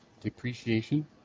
Depreciation